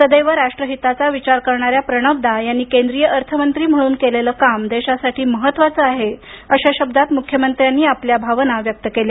सदैव राष्ट्रहिताचा विचार करणाऱ्या प्रणवदा यांनी केंद्रीय अर्थमंत्री म्हणून केलेले काम देशासाठी महत्वाचे आहे अशा शब्दात मुख्यमंत्र्यांनी आपल्या भावना व्यक्त केल्या